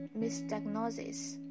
misdiagnosis